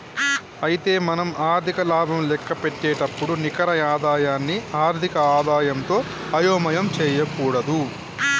అయితే మనం ఆర్థిక లాభం లెక్కపెట్టేటప్పుడు నికర ఆదాయాన్ని ఆర్థిక ఆదాయంతో అయోమయం చేయకూడదు